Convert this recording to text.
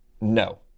no